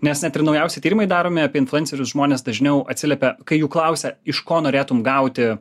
nes net ir naujausi tyrimai daromi apie influencerius žmonės dažniau atsiliepia kai jų klausia iš ko norėtum gauti